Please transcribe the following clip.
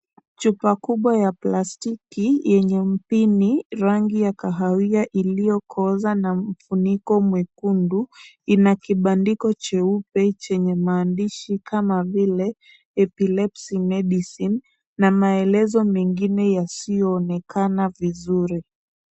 Chupa kubwa ya plastiki yenye mpini rangi ya kahawia iliyokooza na mfuniko mwekundu ina kibandiko cheupe chenye maandishi kama vile epilepsy medicine na maelezo mengine yasiyoonekana vizuri.